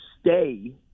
stay